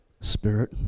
spirit